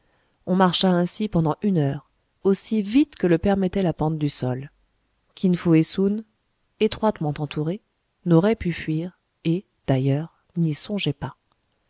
on marcha ainsi pendant une heure aussi vite que le permettait la pente du sol kin fo et soun étroitement entourés n'auraient pu fuir et d'ailleurs n'y songeaient pas